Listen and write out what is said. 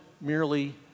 merely